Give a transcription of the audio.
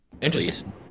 Interesting